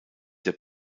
der